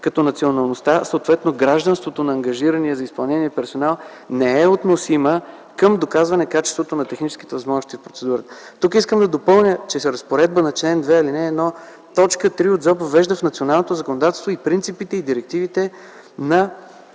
като националността, съответно гражданството на ангажирания за изпълнение персонал, не е относима към доказване качеството на техническите възможности по процедурата. Тук искам да допълня, че разпоредба на чл. 2, ал. 1, т. 3 от ЗОП въвежда в националното законодателство и принципите, и директивите -